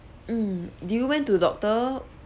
mm do you went to doctor